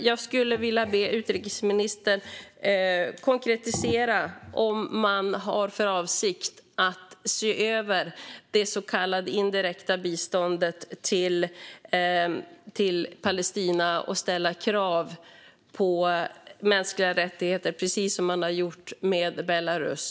Jag skulle vilja be utrikesministern att konkretisera om man har för avsikt att se över det så kallade indirekta biståndet till Palestina och ställa krav på mänskliga rättigheter precis som man har gjort med Belarus.